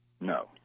No